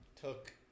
took